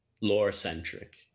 Lore-centric